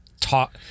talk